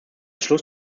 schluss